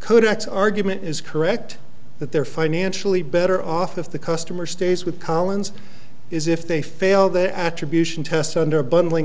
codex argument is correct that they're financially better off if the customer stays with collins is if they fail their attribution test under bundling